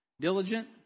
Diligent